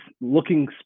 looking